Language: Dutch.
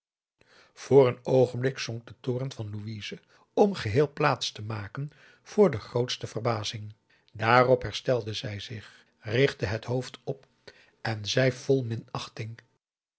voor een oogenblik zonk de toorn van louise om geheel plaats te maken voor de grootste verbazing daarop herstelde zij zich richtte het hoofd op en zei vol